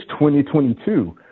2022